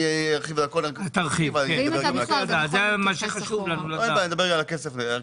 אדבר וארחיב כל הכול, גם על הכסף.